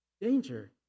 danger